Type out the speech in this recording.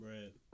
Right